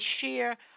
share